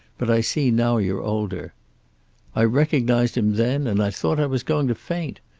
but i see now you're older i recognized him then, and i thought i was going to faint.